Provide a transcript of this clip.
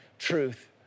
truth